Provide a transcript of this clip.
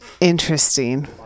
Interesting